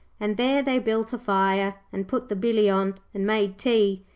and there they built a fire, and put the billy on, and made tea.